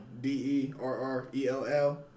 D-E-R-R-E-L-L